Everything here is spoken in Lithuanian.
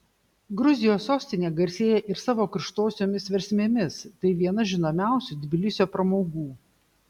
gruzijos sostinė garsėja ir savo karštosiomis versmėmis tai viena žinomiausių tbilisio pramogų